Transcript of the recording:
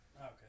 Okay